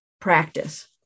practice